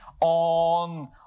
on